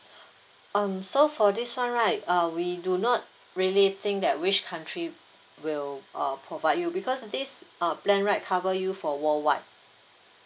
um so for this one right uh we do not really think that which country will uh provide you because this uh plan right cover you for worldwide